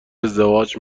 ازدواج